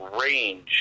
range